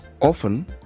often